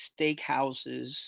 steakhouses